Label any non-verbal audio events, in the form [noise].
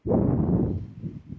[breath]